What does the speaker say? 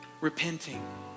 repenting